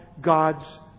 God's